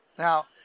Now